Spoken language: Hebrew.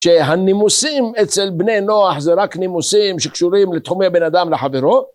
שהנימוסים אצל בני נוח זה רק נימוסים שקשורים לתחומי בן אדם לחברו?